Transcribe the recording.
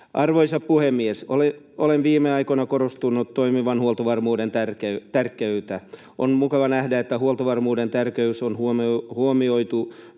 Arvoisa puhemies! Olen viime aikoina korostanut toimivan huoltovarmuuden tärkeyttä. On mukava nähdä, että huoltovarmuuden tärkeys on huomioitu